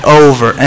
over